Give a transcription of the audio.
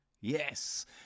yes